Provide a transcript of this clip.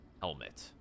helmet